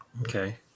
Okay